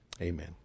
Amen